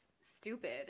stupid